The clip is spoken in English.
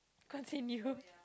continue